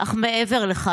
אך מעבר לכך,